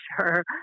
sure